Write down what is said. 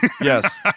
Yes